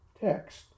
text